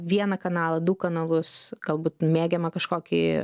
vieną kanalą du kanalus galbūt mėgiamą kažkokį